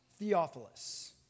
Theophilus